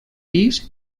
pis